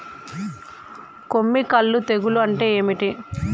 కొమ్మి కుల్లు తెగులు అంటే ఏంది?